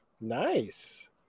Nice